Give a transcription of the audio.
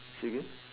say again